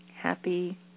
Happy